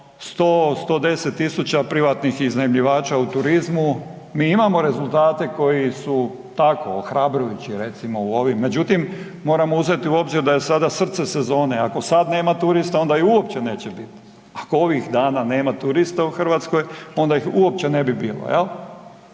100-110.000 privatnih iznajmljivača u turizmu, mi imamo rezultate koji su tako ohrabrujući recimo u ovim, međutim moramo uzeti u obzir da je sada srce sezone, ako sad nema turista onda ih uopće neće biti, ako ovih dana nema turista u Hrvatskoj onda ih uopće ne bilo, jel.